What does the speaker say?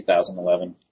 2011